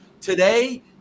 today